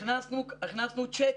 הכנסנו צ'טים.